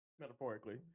metaphorically